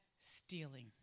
stealing